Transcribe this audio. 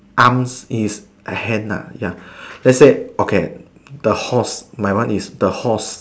arms is a hand nah ya lets say okay the horse my one is the horse